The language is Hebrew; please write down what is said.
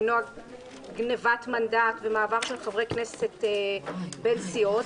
למנוע גניבת מנדט ומעבר של חברי כנסת בין סיעות.